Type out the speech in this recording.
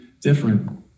different